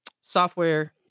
software